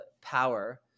power